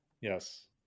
yes